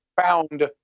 found